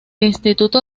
instituto